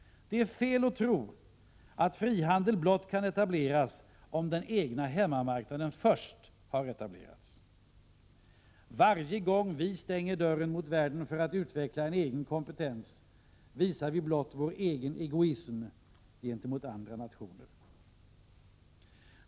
Det är fel att tro att frihandel blott kan etableras om den egna hemmamarknaden först har etablerats. Varje gång vi stänger dörren mot världen, för att utveckla en egen kompetens, visar vi blott vår egen egoism gentemot andra nationer.